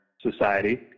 society